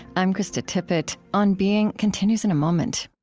i'm krista tippett. on being continues in a moment